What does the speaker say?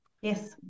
Yes